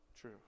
true